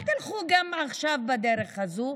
אל תלכו גם עכשיו בדרך הזו.